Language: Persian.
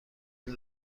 این